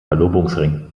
verlobungsring